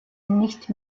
nicht